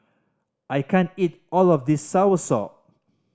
I can't eat all of this soursop